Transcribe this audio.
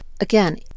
Again